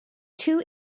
too